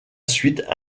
suite